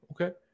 Okay